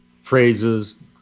phrases